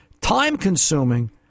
Time-consuming